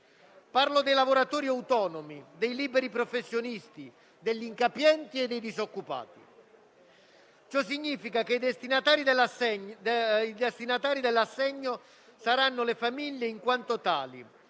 ovvero i lavoratori autonomi, i liberi professionisti, gli incapienti e i disoccupati. Ciò significa che i destinatari dell'assegno saranno le famiglie in quanto tali,